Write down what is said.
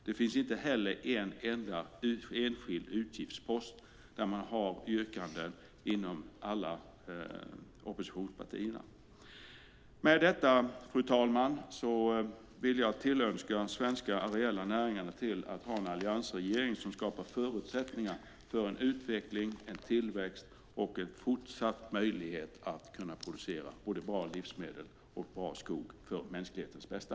Det finns inte heller en enda enskild utgiftspost där man har yrkanden från alla oppositionspartierna. Med detta, fru talman, vill jag lyckönska de svenska areella näringarna till att ha en alliansregering som skapar förutsättningar för en utveckling, en tillväxt och en fortsatt möjlighet att producera både bra livsmedel och bra skog för mänsklighetens bästa.